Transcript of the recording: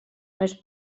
més